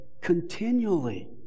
continually